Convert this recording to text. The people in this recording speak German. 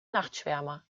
nachtschwärmer